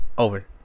Over